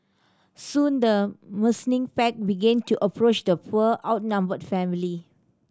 soon the menacing pack began to approach the poor outnumbered family